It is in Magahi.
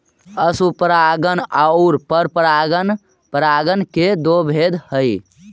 स्वपरागण आउ परपरागण परागण के दो भेद हइ